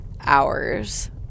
hours